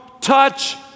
touch